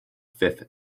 fifth